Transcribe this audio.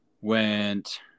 went